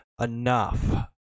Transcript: enough